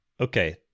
Okay